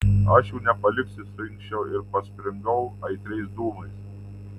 aš jų nepaliksiu suinkščiau ir paspringau aitriais dūmais